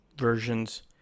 versions